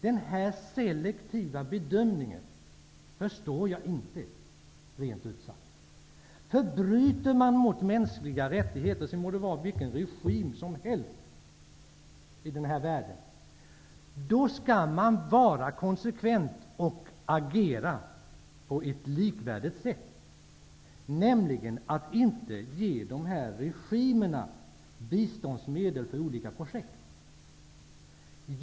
Den här selektiva bedömningen förstår jag inte, rent ut sagt. För bryter man mot mänskliga rättigheter -- det må vara vilken regim som helst i denna värld -- skall vi vara konsekventa och agera på ett likvärdigt sätt gentemot alla, nämligen att inte ge sådana regimer biståndsmedel för olika projekt.